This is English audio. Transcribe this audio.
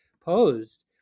posed